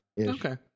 Okay